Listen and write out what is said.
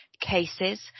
cases